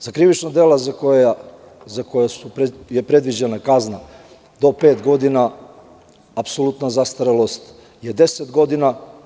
Za krivična dela za koja je predviđena kazna do pet godina, apsolutna zastarelost je 10 godina.